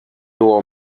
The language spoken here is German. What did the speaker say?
nur